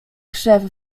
krzew